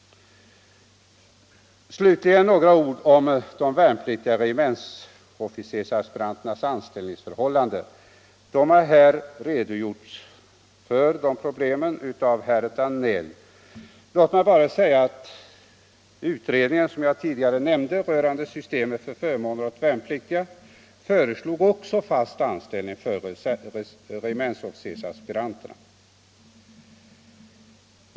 Slutligen några ord om de värnpliktiga regementsofficersaspiranternas anställningsförhållanden. Herr Danell har här redogjort för dessa problem. Låt mig bara säga att den utredning som jag tidigare nämnde rörande systemet för förmåner åt värnpliktiga föreslog fast anställning för regementsofficersaspiranterna.